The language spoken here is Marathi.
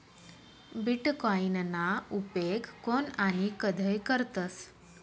बीटकॉईनना उपेग कोन आणि कधय करतस